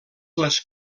les